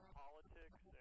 politics